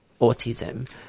autism